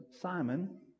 Simon